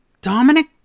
Dominic